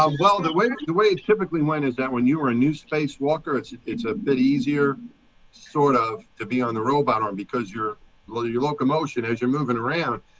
ah well, the way the way it typically went is that when you were a new spacewalker, it's it's a bit easier sort of to be on the robot arm because you're well, do your locomotion as you're moving around.